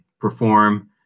perform